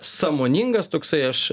sąmoningas toksai aš